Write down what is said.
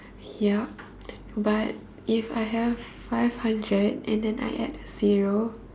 yup but if I have five hundred and then I add a zero